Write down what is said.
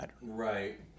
Right